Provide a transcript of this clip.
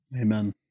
Amen